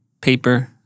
paper